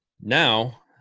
Now